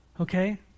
Okay